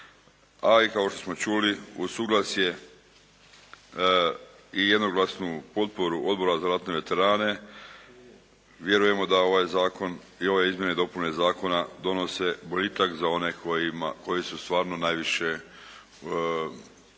a i kao što smo čuli uz suglasje i jednoglasnu potporu Odbora za ratne veterane, vjerujemo da ovaj zakon i ove izmjene i dopune Zakona donose boljitak za one koji su stvarno najviše zaslužili